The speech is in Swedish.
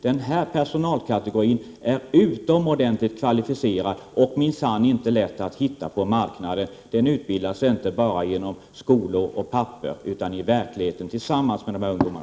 Den här personalkategorin är utomordentligt kvalificerad och minsann inte lätt att hitta på marknaden. Den utbildas inte bara genom skolor och papper utan i verkligheten, tillsammans med dessa ungdomar.